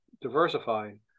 diversifying